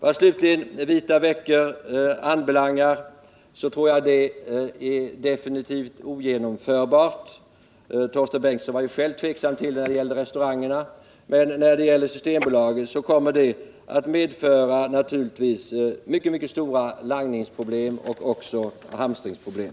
Vad slutligen vita veckor anbelangar tror jag definitivt att de är ogenomförbara. Torsten Bengtson var själv tveksam till dem när det gäller restaurangerna. När det gäller systembolagen kommer det naturligtvis att medföra mycket stora langningsoch hamstringsproblem.